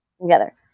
Together